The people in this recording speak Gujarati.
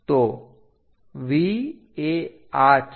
તો V એ આ છે